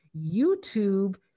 youtube